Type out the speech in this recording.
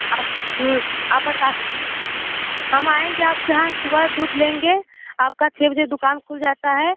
आप आप हम अड़ता हम आएँगे आपके यहाँ सुबह दूध लेंगे आपकी छः बजे दुकान खुल जाती है